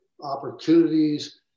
opportunities